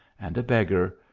and a beggar,